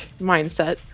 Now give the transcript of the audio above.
mindset